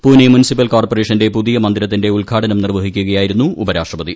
Pune municipal കോർപ്പറേഷന്റെ പുതിയ മന്ദിരത്തിന്റെ ഉദ്ഘാടന്റു നിർവ്വഹിക്കുകയായിരുന്നു ഉപരാഷ്ട്രപതി